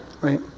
Right